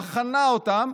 בחנה אותם,